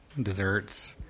desserts